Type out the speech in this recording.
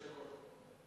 ברשות היושב-ראש,